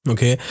Okay